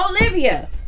Olivia